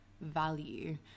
value